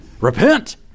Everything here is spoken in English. Repent